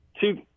two